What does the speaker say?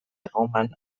erroman